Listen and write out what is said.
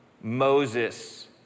Moses